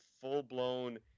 full-blown